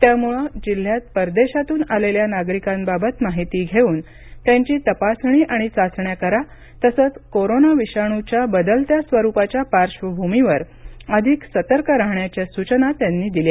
त्यामुळे जिल्ह्यात परदेशातून आलेल्या नागरिकांबाबत माहिती घेऊन त्यांची तपासणी आणि चाचण्या करा तसेच कोरोना विषाणूच्या बदलत्या स्वरुपाच्या पार्श्वभूमीवर अधिक सतर्क राहण्याच्या सूचना त्यांनी दिल्या